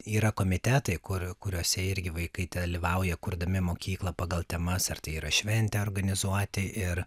yra komitetai kur kuriose irgi vaikai dalyvauja kurdami mokyklą pagal temas ar tai yra šventę organizuoti ir